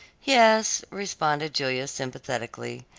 yes, responded julia sympathetically,